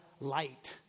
light